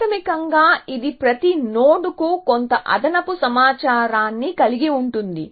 ప్రాథమికంగా ఇది ప్రతి నోడ్కు కొంత అదనపు సమాచారాన్ని కలిగి ఉంటుంది